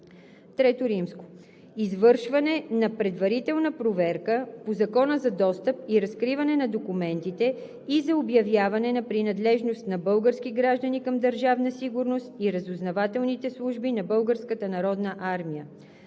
ІІІ. Извършване на предварителна проверка по Закона за достъп и разкриване на документите и за обявяване на принадлежност на български граждани към Държавна сигурност и разузнавателните служби на